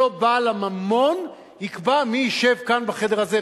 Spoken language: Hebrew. שלא בעל הממון יקבע מי ישב כאן בחדר הזה,